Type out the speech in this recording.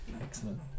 Excellent